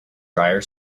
dryer